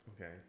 Okay